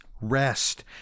rest